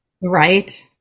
Right